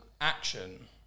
action